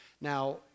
Now